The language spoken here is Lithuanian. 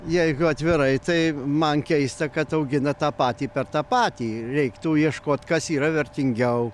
jeigu atvirai tai man keista kad augina tą patį per tą patį reiktų ieškot kas yra vertingiau